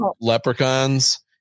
leprechauns